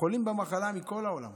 החולים במחלה מכל העולם